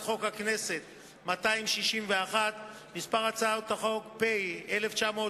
חוק הכנסת 261. מספרי הצעות החוק: פ/1980/17,